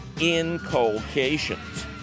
inculcations